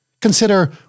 consider